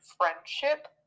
friendship